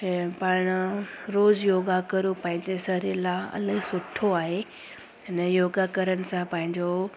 हीअ पाण रोज योगा करो पंहिंजे शरीर लाइ इलाही सुठो आहे हिन योगा करण सां पंहिंजो